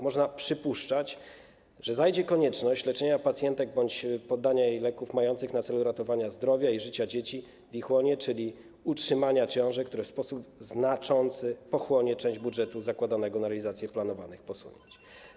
Można przypuszczać, że zajdzie konieczność leczenia pacjentek bądź podania im leków mających na celu ratowanie zdrowia i życia dzieci w ich łonie, czyli utrzymania ciąży, co w sposób znaczący pochłonie część budżetu zakładanego na realizację planowanych posunięć.